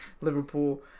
Liverpool